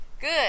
Good